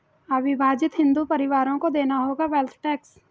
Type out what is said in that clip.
अविभाजित हिंदू परिवारों को देना होगा वेल्थ टैक्स